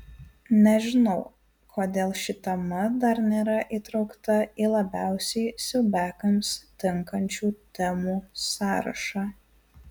nežinau kodėl ši tema dar nėra įtraukta į labiausiai siaubiakams tinkančių temų sąrašą